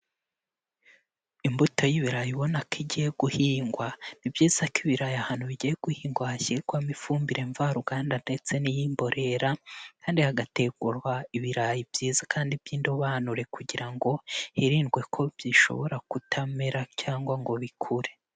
Imbuto y'ibirayi ubona ko igiye guhingwa, ni byiza ko ibirayi ahantu bigiye guhingwa hashyirwamo ifumbire mvaruganda ndetse n'iy'imborera kandi hagategurwa ibirayi byiza kandi by'indobanure kugira ngo hirindwe ko bishobora kutamera cyangwa ngo bikure.